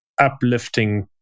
uplifting